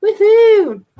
Woohoo